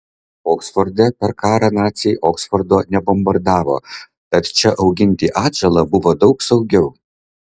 oksforde per karą naciai oksfordo nebombardavo tad čia auginti atžalą buvo daug saugiau